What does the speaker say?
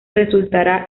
resultará